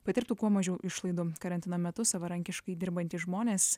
patirtų kuo mažiau išlaidų karantino metu savarankiškai dirbantys žmonės